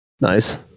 Nice